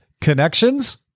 connections